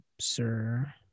sir